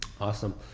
Awesome